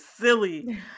silly